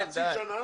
לחצי שנה,